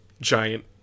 giant